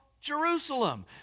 Jerusalem